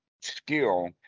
skill